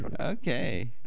Okay